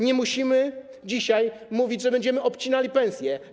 Nie musimy dzisiaj mówić, że będziemy obcinali pensje.